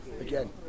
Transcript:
Again